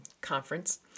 conference